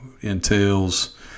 entails